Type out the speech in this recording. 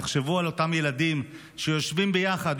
תחשבו על אותם ילדים שיושבים ביחד,